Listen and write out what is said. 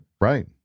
Right